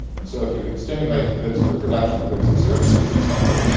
and so if you can stimulate the goods, the production of goods and services, it's helpful.